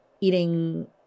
eating